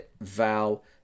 Val